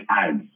ads